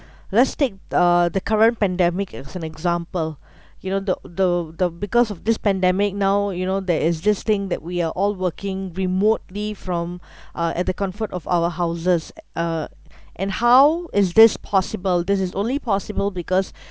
let's take uh the current pandemic as an example you know the the the because of this pandemic now you know there is this thing that we are all working remotely from uh at the comfort of our houses uh and how is this possible this is only possible because